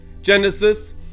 Genesis